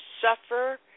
suffer